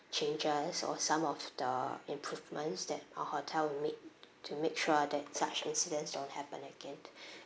changes or some of the improvements that our hotel will make t~ to make sure that such incidents don't happen again